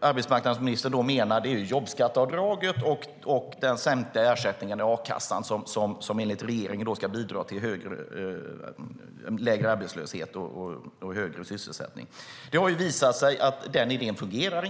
arbetsmarknadsministern då menar är jobbskatteavdraget och den sänkta ersättningen i a-kassan som enligt regeringen ska bidra till lägre arbetslöshet och högre sysselsättning. Det har visat sig att den idén inte fungerar.